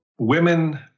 Women